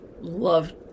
love